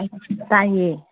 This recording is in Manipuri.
ꯇꯥꯏꯌꯦ